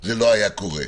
זה לא היה קורה.